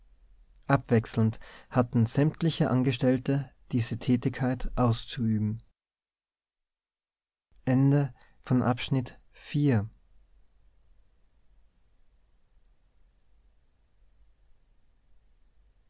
abwechselnd hatten sämtliche angestellte diese tätigkeit auszuüben